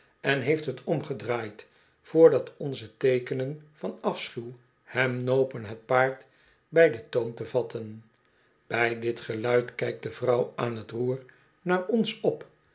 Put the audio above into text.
en heeft het omgedraaid voordat onze teekenen van afschuw hem nopen het paard bij den toom te vatten bij dit geluid kijkt de vrouw aan t roer naar ons op